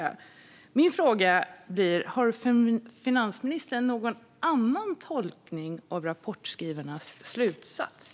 Det är vad jag läser in i rapporten, herr talman. Min fråga blir: Har finansministern någon annan tolkning av rapportskrivarnas slutsats?